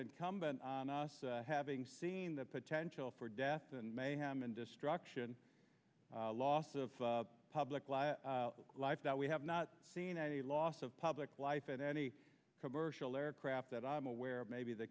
incumbent on us having seen the potential for death and mayhem and destruction loss of public life that we have not seen any loss of public life in any commercial aircraft that i'm aware of maybe the